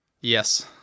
Yes